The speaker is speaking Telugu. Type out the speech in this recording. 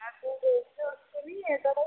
నాకు డ్రెస్ వస్తుంది ఏదైనా